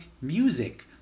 music